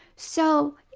so,